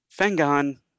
Fengon